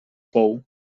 pou